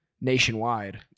nationwide